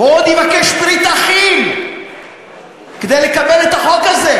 הוא עוד יבקש ברית אחים כדי לקבל את החוק הזה.